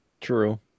True